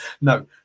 No